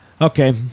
Okay